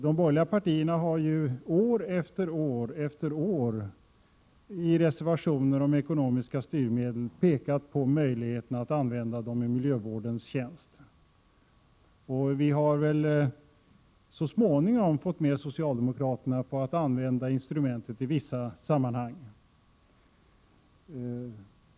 De borgerliga partierna har år efter år efter år i reservationer om ekonomiska styrmedel pekat på möjligheten att använda dem i miljövårdens tjänst. Vi har så småningom fått med socialdemokraterna på att använda instrumentet i vissa sammanhang.